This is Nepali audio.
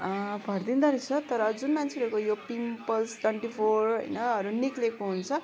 भरिदिँदो रहेछ तर जुन मान्छेहरूको यो पिम्पल्स डन्डिफोर होइनहरू निक्लेको हुन्छ